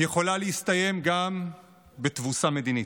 יכולה להסתיים גם בתבוסה מדינית.